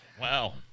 Wow